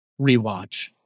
rewatch